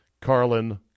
Carlin